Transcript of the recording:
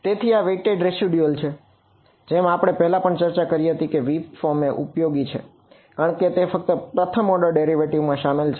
તેથી આ weighted residual છે અને જેમ આપણે પહેલા પણ ચર્ચા કરી હતી કે આ વીક ફોર્મ એ ઉપયોગી છે કારણ કે તે ફક્ત પ્રથમ ઓર્ડર ડેરિવેટિવ માં સામેલ છે